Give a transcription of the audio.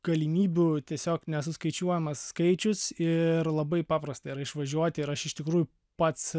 galimybių tiesiog nesuskaičiuojamas skaičius ir labai paprasta yra išvažiuoti ir aš iš tikrųjų pats